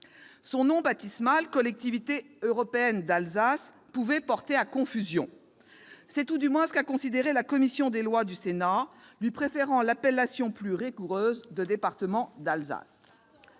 Son nom baptismal, « Collectivité européenne d'Alsace », pouvait porter à confusion. C'est tout du moins ce qu'a considéré la commission des lois du Sénat, lui préférant l'appellation plus rigoureuse « département d'Alsace